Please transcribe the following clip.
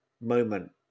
moment